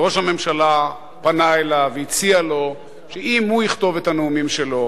וראש הממשלה פנה אליו והציע לו שאם הוא יכתוב את הנאומים שלו,